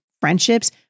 friendships